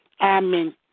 Amen